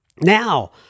Now